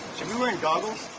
be wearing goggles?